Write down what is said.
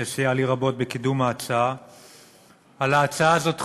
להביא את ההצעה הזאת,